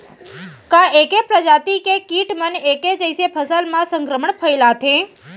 का ऐके प्रजाति के किट मन ऐके जइसे फसल म संक्रमण फइलाथें?